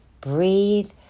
breathe